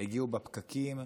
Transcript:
הגיעו בפקקים,